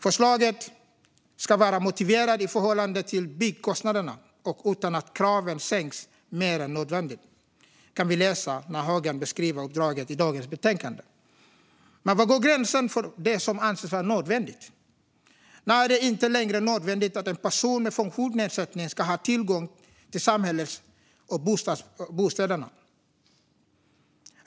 Förslagen ska vara motiverade i förhållande till byggkostnaderna och utan att kraven sänks mer än nödvändigt. Så beskriver högern uppdraget i dagens betänkande. Men var går gränsen för det som anses vara nödvändigt? När är det inte längre nödvändigt att en person med funktionsnedsättning ska ha tillgång till samhällets bostäder?